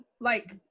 Like-